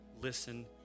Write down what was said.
listen